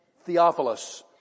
Theophilus